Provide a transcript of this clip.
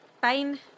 Fine